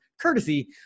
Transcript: courtesy